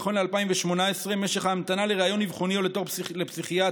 נכון ל-2018 משך ההמתנה לריאיון אבחוני או לתור לפסיכיאטר